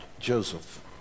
Joseph